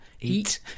eat